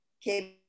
came